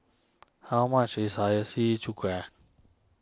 how much is Hiyashi Chuka